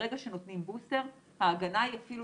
ברגע שנותנים בוסטר ההגנה היא אפילו